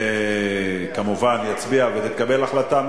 כמובן יצביע ותתקבל החלטה,